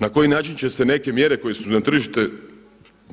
Na koji način će se neke mjere koje su za tržište,